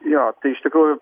jo tai iš tikrųjų